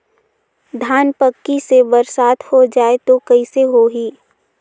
धान पक्की से बरसात हो जाय तो कइसे हो ही?